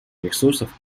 ресурсов